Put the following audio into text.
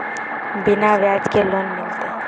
बिना ब्याज के लोन मिलते?